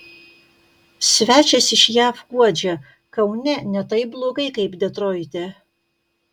svečias iš jav guodžia kaune ne taip blogai kaip detroite